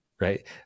right